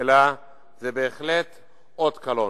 אלא זה בהחלט אות קלון.